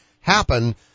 happen